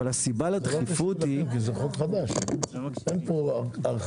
אבל החשיבות פה,